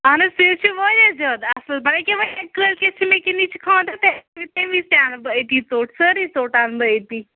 اَہن حظ تُہۍ ٲسیو واریاہ زیادٕ اَصٕل أکیاہ وَنۍ کٲلکٮ۪تھ چھُ نَچہِ خاند تہِ تَمہِ وز تہِ اَنہٕ بہٕ أتہِ سٲرٕے ژوٚٹ اَنہٕ بہٕ أتہِ